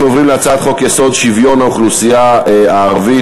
אנחנו עוברים להצעת חוק-יסוד: שוויון האוכלוסייה הערבית.